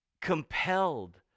compelled